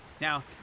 Now